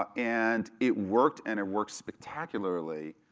and it worked, and it worked spectacularly,